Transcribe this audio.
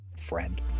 friend